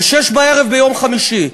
ב-18:00 ביום חמישי,